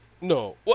No